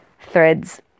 threads